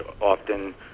often